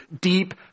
deep